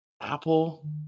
Apple